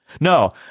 No